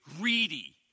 greedy